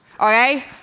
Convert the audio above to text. okay